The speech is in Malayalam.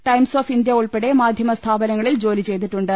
ടൈംസ് ഓഫ് ഇന്ത്യ ഉൾപ്പെടെ മാധ്യമ സ്ഥാപനങ്ങളിൽ ജോലി ചെയ്തിട്ടുണ്ട്